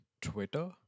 Twitter